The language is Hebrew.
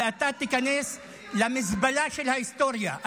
ואתה תיכנס למזבלה של ההיסטוריה.